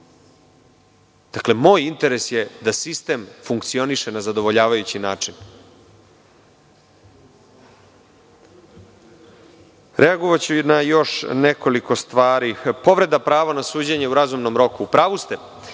Dakle, moj interes je da sistem funkcioniše na zadovoljavajući način. Reagovaću na još nekoliko stvari. Povreda prava na suđenje u razumnom roku, u pravu ste,